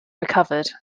recovered